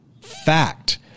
fact